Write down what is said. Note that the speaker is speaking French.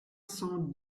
cent